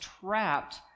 trapped